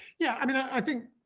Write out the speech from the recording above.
yeah i mean i think